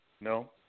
no